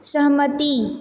सहमति